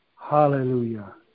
Hallelujah